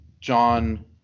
John